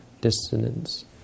dissonance